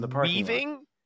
weaving